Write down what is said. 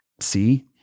see